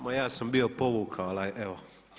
Ma ja sam bio povukao ali evo.